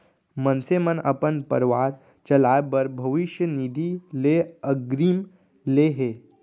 मनसे मन अपन परवार चलाए बर भविस्य निधि ले अगरिम ले हे